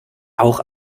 auch